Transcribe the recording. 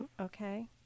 Okay